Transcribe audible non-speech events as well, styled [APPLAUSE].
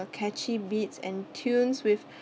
a catchy beats and tunes with [BREATH]